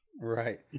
right